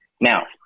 Now